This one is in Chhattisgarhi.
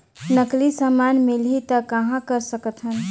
नकली समान मिलही त कहां कर सकथन?